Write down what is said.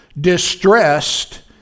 distressed